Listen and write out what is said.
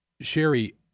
Sherry